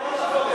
אדוני.